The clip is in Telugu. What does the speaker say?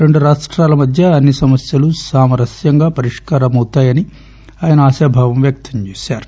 రెండు రాష్టాల మధ్య అన్ని సమస్యలు సామరస్యంగా పరిష్కారమవుతాయని ఆయన ఆశాభావం వ్యక్తం చేశారు